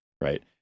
right